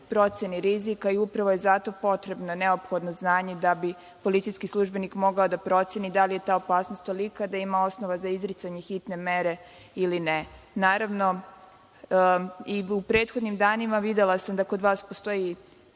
proceni rizika i upravo je zato potrebno neophodno znanje da bi policijski službenik mogao da proceni da li je ta opasnost tolika da ima osnova za izricanje hitne mere ili ne. Naravno, i u prethodnim danima videla sam da kod vas postoji